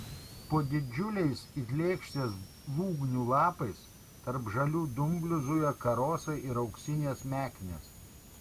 po didžiuliais it lėkštės lūgnių lapais tarp žalių dumblių zuja karosai ir auksinės meknės